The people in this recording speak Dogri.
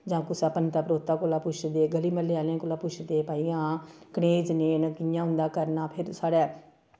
जां कुसै पंता परोता कोला पुच्छदे गली म्हल्लै आह्लें कोला पुच्छदे भाई हां कनेह् कनेह् न कि'यां उं'दा करना फिर साढ़ै